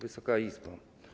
Wysoka Izbo!